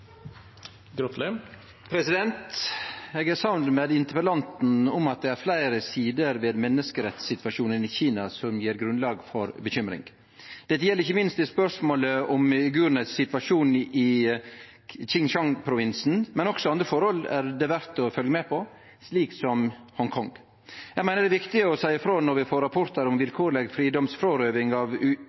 samd med interpellanten i at det er fleire sider ved menneskerettssituasjonen i Kina som gjev grunnlag for bekymring. Dette gjeld ikkje minst i spørsmålet om situasjonen til uigurane i Xinjiang-provinsen, men også andre forhold er det verdt å følgje med på, som Hongkong. Eg meiner det er viktig å seie frå når vi får rapportar om vilkårleg fridomsfrårøving av